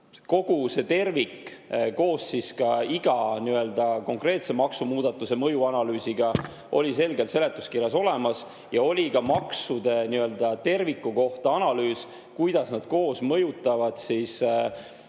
Kogu see tervik koos iga konkreetse maksumuudatuse mõjuanalüüsiga oli selgelt seletuskirjas olemas ja oli ka maksude kui terviku kohta tehtud analüüs: kuidas nad koos mõjutavad Eesti